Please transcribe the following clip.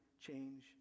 change